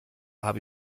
habe